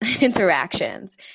interactions